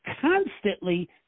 constantly